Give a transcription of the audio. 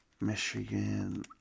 Michigan